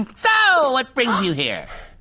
so what brings you here?